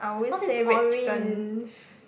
cause it's orange